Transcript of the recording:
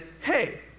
Hey